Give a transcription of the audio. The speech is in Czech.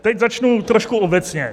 Teď začnu trošku obecně.